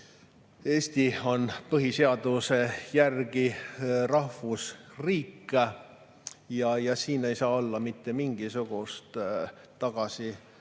Eesti on põhiseaduse järgi rahvusriik. Siin ei saa olla mitte mingisugust